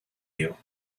you